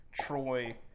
Troy